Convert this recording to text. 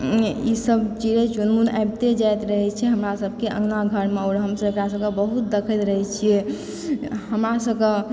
ऊँय ई सब चिड़ै चुनमुन आबिते जाइत रहै छै हमरा सब के अँगना घर मे और हम सब बाँस बाड़ी जाइ छियै देखैत रहै छियै हमरा सब के